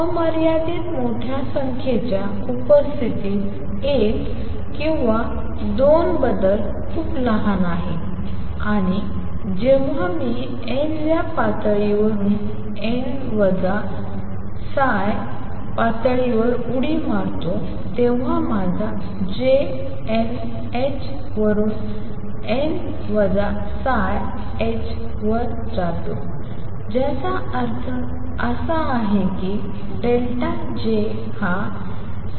अमर्यादित मोठ्या संख्येच्या उपस्थितीत एक किंवा दोन बदल खूप लहान आहे आणि जेव्हा मी n व्या पातळीवरून n τ पातळीवर उडी मारतो तेव्हा माझा J n h वरून n τh वर जातो ज्याचा अर्थ आहे की ΔJ हा τ h